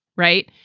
right.